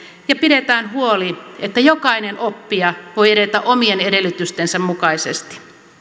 ja pidetään huoli että jokainen oppija voi edetä omien edellytystensä mukaisesti